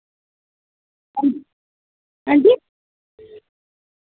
हांजी